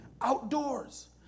outdoors